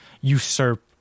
usurp